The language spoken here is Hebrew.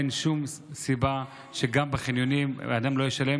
אין שום סיבה שגם בחניונים אדם לא ישלם